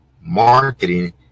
marketing